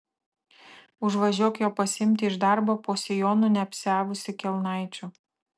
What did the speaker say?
užvažiuok jo pasiimti iš darbo po sijonu neapsiavusi kelnaičių